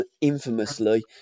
infamously